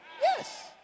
Yes